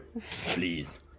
please